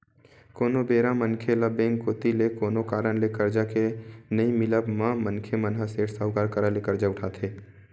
कोनो बेरा मनखे ल बेंक कोती ले कोनो कारन ले करजा के नइ मिलब म मनखे मन ह सेठ, साहूकार करा ले करजा उठाथे